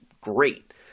great